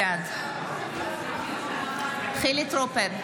בעד חילי טרופר,